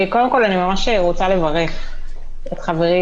קודם כול אני ממש רוצה לברך את חברי,